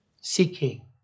seeking